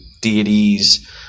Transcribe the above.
deities